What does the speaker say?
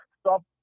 stop